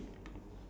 both